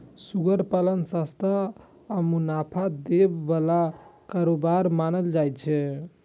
सुअर पालन सस्ता आ मुनाफा दै बला कारोबार मानल जाइ छै